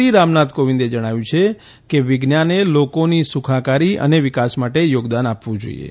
પતિ રામનાથ કોવિન્દે જણાવ્યું છે કે વિજ્ઞાને લોકોની સુખાકારી અને વિકાસ માટે યોગદાન આપવું જોઇએ